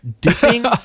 dipping